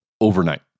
overnight